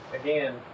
again